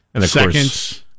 seconds